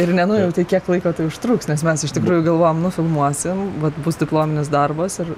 ir nenujautei kiek laiko tai užtruks nes mes iš tikrųjų galvojom nufilmuosim vat bus diplominis darbas ir